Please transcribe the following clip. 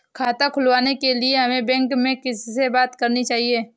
खाता खुलवाने के लिए हमें बैंक में किससे बात करनी चाहिए?